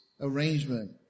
arrangement